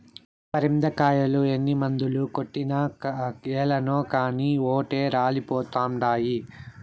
పరింద కాయలు ఎన్ని మందులు కొట్టినా ఏలనో కానీ ఓటే రాలిపోతండాయి